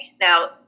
Now